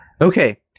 Okay